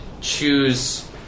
choose